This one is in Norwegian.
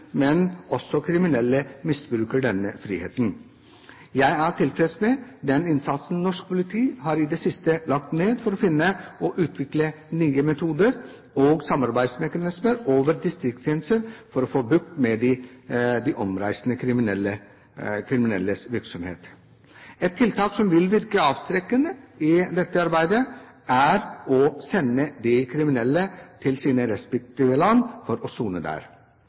men også til at kriminelle misbruker denne friheten. Jeg er tilfreds med den innsatsen norsk politi i det siste lagt har ned for å finne og utvikle nye metoder og samarbeidsmekanismer over distriktsgrenser for å få bukt med de omreisende kriminelles virksomhet. Et tiltak som vil virke avskrekkende i dette arbeidet, er å sende de kriminelle til sine respektive land for å sone der.